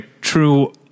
true